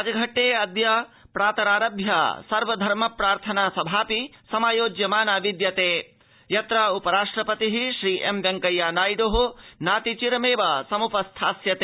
राजघट्टे अद्य प्रातरभ्य सर्वधर्मप्रार्थनासभापि समायोज्यमाना विद्यते यत्र उपराष्ट्रपतिः श्रीएम् वेंकैयानायड्ः नातिचिरमेव समुपस्थास्यते